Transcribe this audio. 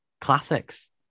classics